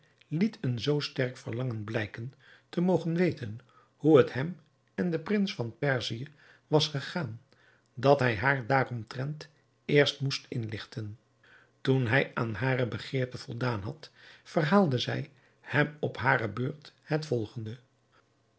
liet een zoo sterk verlangen blijken te mogen weten hoe het hem en den prins van perzië was gegaan dat hij haar daaromtrent eerst moest inlichten toen hij aan hare begeerte voldaan had verhaalde zij hem op hare beurt het volgende